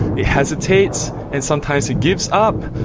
it hesitates and sometimes it gives up.